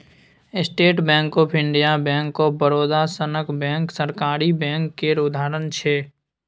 state Bank of India, Bank of Baroda सनक bank सरकारी bank केर उदाहरण छै